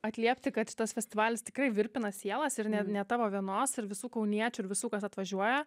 atliepti kad šitas festivalis tikrai virpina sielas ir net ne tavo vienos ir visų kauniečių ir visų kas atvažiuoja